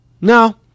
No